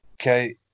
okay